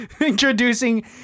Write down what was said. introducing